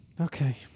Okay